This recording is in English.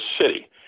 city